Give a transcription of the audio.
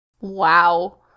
wow